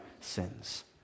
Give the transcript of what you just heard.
sins